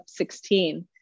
16